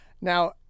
Now